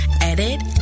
edit